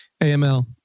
AML